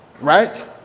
right